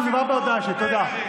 תודה.